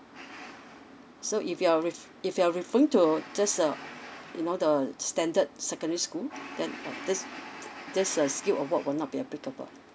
so if you are ref~ if you are referring to just uh you know the standard secondary school then this this uh skill award will not be applicable